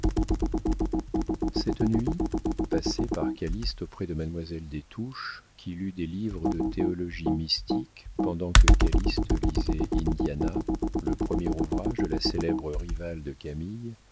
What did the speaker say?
cette nuit passée par calyste auprès de mademoiselle des touches qui lut des livres de théologie mystique pendant que calyste lisait indiana le premier ouvrage de la célèbre rivale de camille